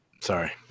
Sorry